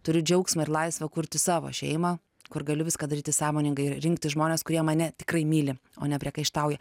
turiu džiaugsmą ir laisvę kurti savo šeimą kur galiu viską daryti sąmoningai rinktis žmones kurie mane tikrai myli o nepriekaištauja